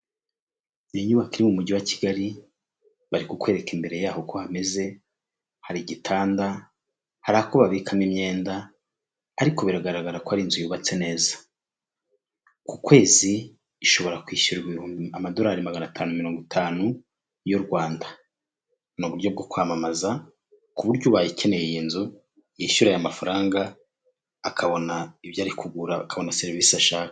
Inyubako iri mu mujyi wa kigali, bari kukwereka imbere yaho uko hameze, hari igitanda, hari ako babikamo imyenda ariko biragaragara ko ari inzu yubatse neza, ku kwezi ishobora kwishyurwa amadorari magana atanu mirongo itanu y'u Rwanda, ni uburyo bwo kwamamaza, ku buryo ubaye ukeneye iyi nzu yishyura aya mafaranga, akabona ibyo ari kugura, akabona serivisi ashaka.